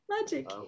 magic